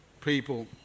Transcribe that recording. people